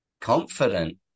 confident